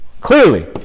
Clearly